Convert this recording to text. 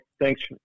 Thanks